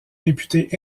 réputés